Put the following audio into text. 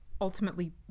ultimately